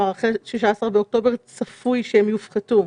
אחרי 16 באוקטובר צפוי שהן יופחתו.